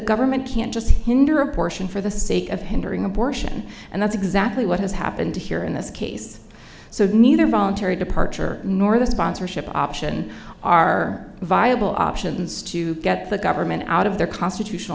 government can't just hinder abortion for the sake of hindering abortion and that's exactly what has happened here in this case so neither voluntary departure nor the sponsorship option are viable options to get the government out of their constitutional